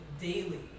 daily